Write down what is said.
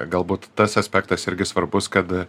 galbūt tas aspektas irgi svarbus kad